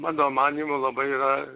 mano manymu labai yra